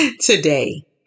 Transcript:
today